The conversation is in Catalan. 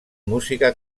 música